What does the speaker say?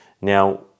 Now